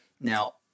Now